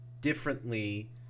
differently